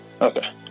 okay